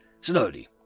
slowly